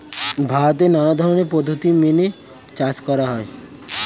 ভারতে নানা ধরনের পদ্ধতি মেনে চাষ করা হয়